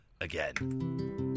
again